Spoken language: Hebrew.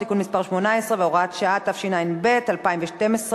התשע"ב 2012,